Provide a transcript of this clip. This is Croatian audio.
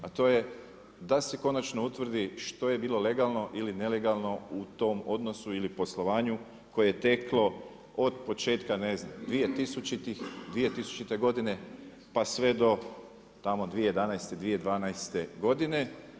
A to je, da se konačno utvrdi što je bilo legalno ili nelegalno u tom odnosu ili poslovanju koje je teklo od početka, ne znam 2000. godine pa sve do tamo 2011., 2012. godine.